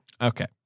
Okay